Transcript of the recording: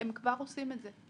הם כבר עושים את זה.